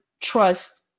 trust